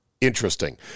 Interesting